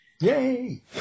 Yay